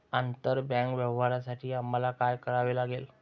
आंतरबँक व्यवहारांसाठी आम्हाला काय करावे लागेल?